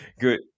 Good